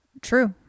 True